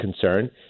concern